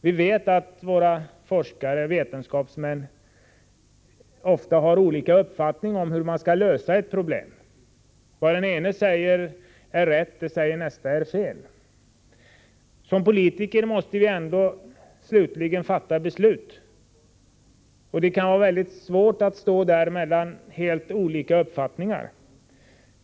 Vi vet att forskare och vetenskapsmän ofta har olika uppfattningar om hur ett problem skall lösas. Vad den ene säger är rätt säger näste är fel. Som politiker måste vi ändå slutligen fatta beslut, och då kan det vara svårt att stå mellan olika uppfattningar.